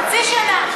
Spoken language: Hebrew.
חצי שנה.